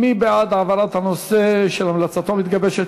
מי בעד העברת הנושא המלצתו המתגבשת